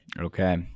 Okay